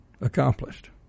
accomplished